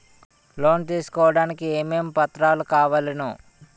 Loan తీసుకోడానికి ఏమేం పత్రాలు కావలెను?